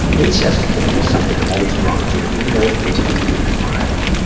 incest porn is something i'm always drawn to, even though it makes me feel vile.